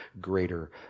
greater